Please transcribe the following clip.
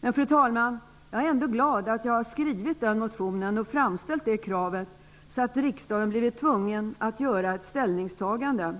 Men, fru talman, jag är ändå glad att jag har väckt denna motion och framställt kravet och att riksdagen har blivit tvungen att göra ett ställningstagande.